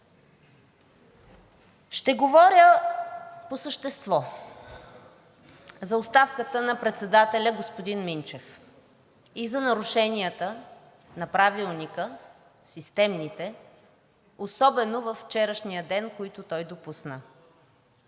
Ще говоря по същество за оставката на председателя господин Минчев и за системните нарушения на Правилника, особено във вчерашния ден, които той допусна.